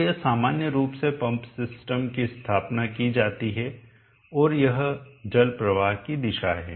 तो यह सामान्य रूप से पंप सिस्टम की स्थापना की जाती है और यह जल प्रवाह की दिशा है